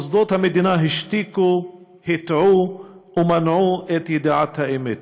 מוסדות המדינה השתיקו, הטעו ומנעו את ידיעת האמת.